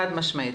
חד-משמעית.